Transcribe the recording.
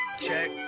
Check